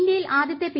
ഇന്ത്യയിൽ ആദ്യത്തെ പി